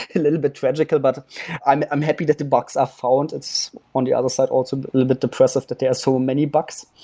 a little bit tragical, but i'm i'm happy that the bugs are found. it's on the other side also, a little bit depressive that there so are so many bugs.